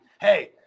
hey